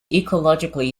ecologically